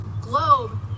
globe